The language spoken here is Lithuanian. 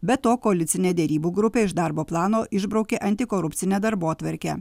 be to koalicinė derybų grupė iš darbo plano išbraukė antikorupcinę darbotvarkę